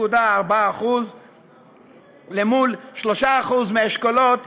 0.4% למול 3% מאשכולות